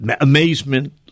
amazement